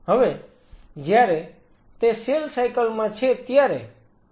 હવે જ્યારે તે સેલ સાયકલ માં છે ત્યારે તે 2 વિકલ્પો કરી રહ્યો છે